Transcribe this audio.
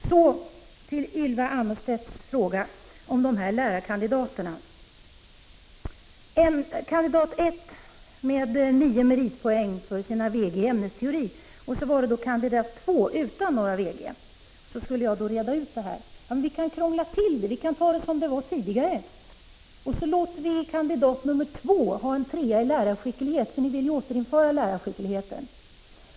Så till Ylva Annerstedts fråga om lärarkandidaterna. Det handlade om kandidat 1, med 9 meritpoäng för sina betyg av typen Väl godkänd, Vg, i ämnesteori och kandidat 2 utan några Vg. Jag ombeddes att reda ut det hela. Men vi kan krångla till det i stället. Jag kan som exempel visa hur det var tidigare. Vi låter kandidat 2 ha betyget 3 i lärarskicklighet — ni vill ju återinföra betyget i lärarskicklighet.